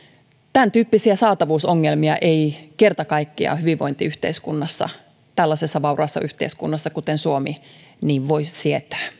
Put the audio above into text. tämäntyyppisiä saatavuusongelmia ei kerta kaikkiaan hyvinvointiyhteiskunnassa tällaisessa vauraassa yhteiskunnassa kuin suomi voi sietää